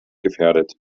gefährdet